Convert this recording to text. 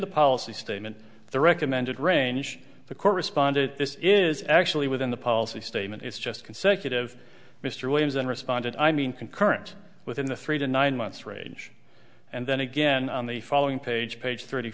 the policy statement the recommended range the correspondent this is actually within the policy statement it's just consecutive mr williams and respondent i mean concurrent within the three to nine months range and then again on the following page page thirty